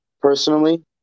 personally